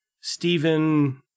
Stephen